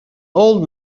old